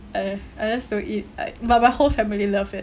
eh I just don't eat like but my whole family love it